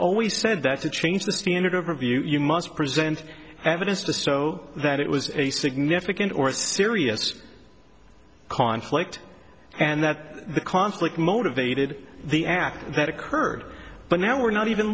always said that to change the standard of review you must present evidence to so that it was a significant or serious conflict and that conflict motivated the act that occurred but now we're not even